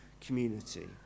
community